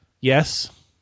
Yes